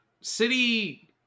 City